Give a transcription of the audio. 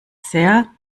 sehr